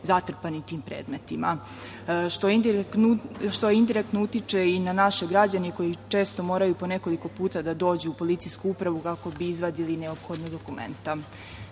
zatrpani tim predmetima, što indirektno utiče i na naše građane koji često moraju i po nekoliko puta da dođu u PU kako bi izvadili neophodna dokumenta. Takođe,